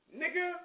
nigga